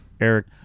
Eric